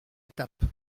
étape